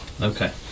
Okay